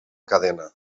cadena